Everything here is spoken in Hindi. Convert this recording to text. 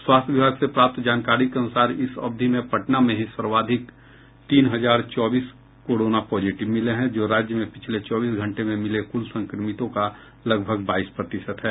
स्वास्थ्य विभाग से प्राप्त जानकारी के अनुसार इस अवधि में पटना में ही सर्वाधिक तीन हजार चौबीस कोरोना पॉजिटिव मिले हैं जो राज्य में पिछले चौबीस घंटे में मिले कुल संक्रमितों का लगभग बाईस प्रतिशत है